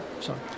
sorry